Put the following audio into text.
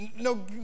No